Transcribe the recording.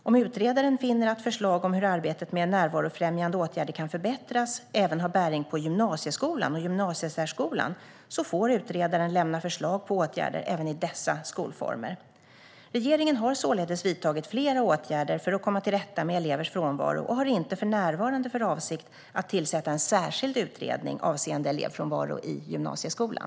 Om utredaren finner att förslag om hur arbetet med närvarofrämjande åtgärder kan förbättras även har bäring på gymnasieskolan och gymnasiesärskolan får utredaren lämna förslag på åtgärder även i dessa skolformer. Regeringen har således vidtagit flera åtgärder för att komma till rätta med elevers frånvaro och har inte för närvarande för avsikt att tillsätta en särskild utredning avseende elevfrånvaro i gymnasieskolan.